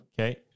Okay